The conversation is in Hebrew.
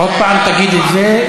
עוד פעם תגיד את זה,